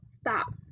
Stop